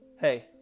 Hey